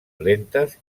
lentes